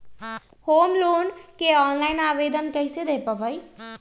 Home loan के online आवेदन कैसे दें पवई?